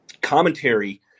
commentary